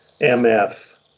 mf